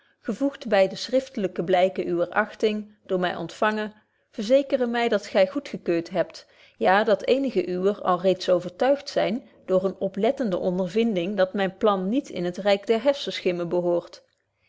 gevoegt by de schriftelyke blyken uwer agting door my ontfangen verzekeren my dat gy goedgekeurt hebt ja dat eenigen uwer al reeds overtuigd zyn door eene oplettende ondervinding dat myn plan niet in het ryk der harssenschimmen